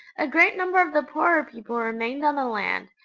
a great number of the poorer people remained on the land,